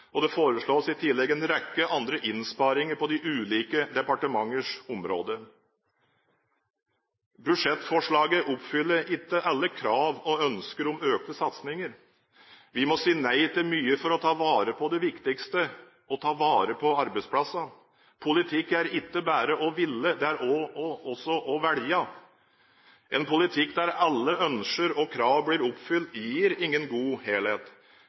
Det foreslås i tillegg en rekke andre innsparinger på de ulike departementers områder. Budsjettforslaget oppfyller ikke alle krav og ønsker om økte satsinger. Vi må si nei til mye for å ta vare på det viktigste: å ta vare på arbeidsplassene. Politikk er ikke bare å ville, det er også å velge. En politikk der alle ønsker og krav blir oppfylt, gir ingen god helhet.